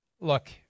Look